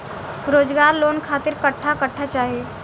रोजगार लोन खातिर कट्ठा कट्ठा चाहीं?